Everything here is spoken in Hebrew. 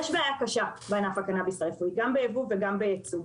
יש בעיה קשה בענף הקנאביס הרפואי והבעיה הזו היא גם בייבוא וגם בייצוא,